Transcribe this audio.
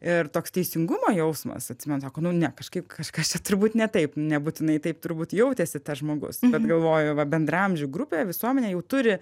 ir toks teisingumo jausmas atsimenu sako nu ne kažkaip kažkas čia turbūt ne taip nebūtinai taip turbūt jautėsi tas žmogus bet galvoju va bendraamžių grupė visuomenė jau turi